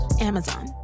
Amazon